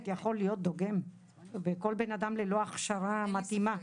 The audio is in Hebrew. יכול להיות דוגם וכל בן אדם ללא הכשרה מתאימה.